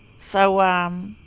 so, um.